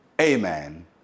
amen